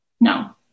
No